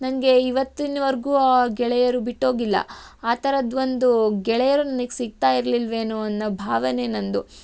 ನನಗೆ ಇವತ್ತಿನವರ್ಗೂ ಆ ಗೆಳೆಯರು ಬಿಟ್ಟೋಗಿಲ್ಲ ಆ ಥರದ್ದೊಂದು ಗೆಳೆಯರು ನನಿಗೆ ಸಿಗ್ತಾ ಇರಲಿಲ್ವೇನೋ ಅನ್ನೋ ಭಾವನೆ ನನ್ನದು